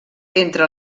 entre